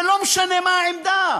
ולא משנה מה העמדה,